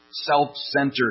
self-centered